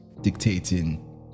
dictating